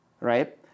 right